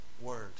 word